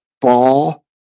ball